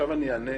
אני אענה